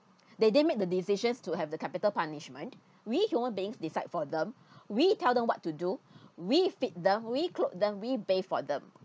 they didn't make the decisions to have the capital punishment we human beings decide for them we tell them what to do we fit them we cloth them we bath for them